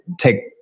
take